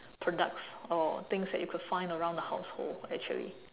products or things that you could find around the household actually